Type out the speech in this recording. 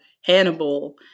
Hannibal